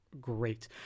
Great